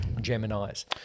Gemini's